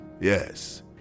Yes